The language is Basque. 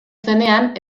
zenean